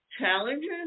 challenges